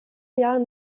jahren